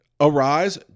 arise